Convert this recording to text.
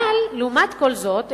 אבל לעומת כל זאת,